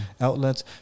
outlets